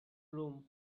room